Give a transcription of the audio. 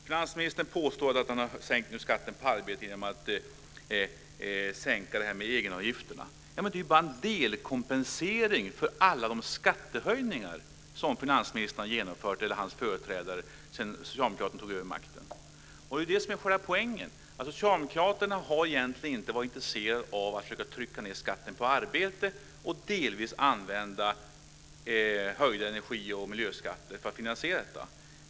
Finansministern påstår att han har sänkt skatten på arbete genom att sänka egenavgifterna. Men det är ju bara en delkompensering för alla de skattehöjningar som finansministern eller hans företrädare har genomfört sedan Socialdemokraterna tog över makten! Det är det som är själva poängen; Socialdemokraterna har egentligen inte varit intresserade av att försöka trycka ned skatten på arbete och delvis använda höjda energi och miljöskatter för att finansiera detta.